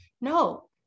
no